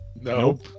Nope